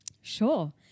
Sure